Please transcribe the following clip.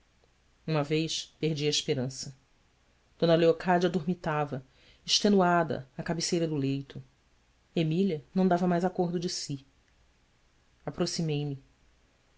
uma vez perdi a esperança d leocádia dormitava extenuada à cabeceira do leito emília não dava mais acordo de si